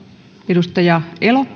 edustaja